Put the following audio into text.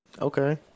Okay